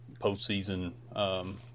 postseason